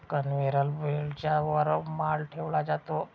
conveyor बेल्टच्या वर माल ठेवला जातो